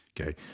okay